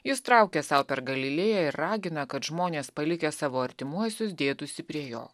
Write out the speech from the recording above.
jis traukia sau per galilėją ir ragina kad žmonės palikę savo artimuosius dėtųsi prie jo